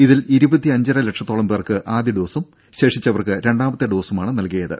ഇതിൽ ഇരുപത്തിയഞ്ചര ലക്ഷത്തോളം പേർക്ക് ആദ്യ ഡോസും ശേഷിച്ചവർക്ക് രണ്ടാമത്തെ ഡോസുമാണ് നൽകിയത്